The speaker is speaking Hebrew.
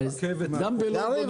למה בוטל?